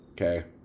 Okay